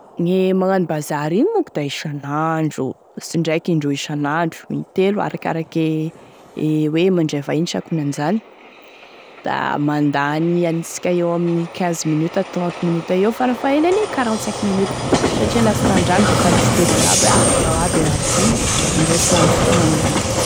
Gne magnano bazary igny moa koa da isan'andro isan'andro, sy indraiky indroy isan'andro intelo arakaraky e hoe mandray vahiny sa akonan'izany da mandany anisika eo amin'ny quinze minutes à trente minutes eo farafaelany quarante minutes satria lasta andragno defa listevagny abe e zao aby e raha ho vidiagny amin'izay tsy lany fotoagny amignagny.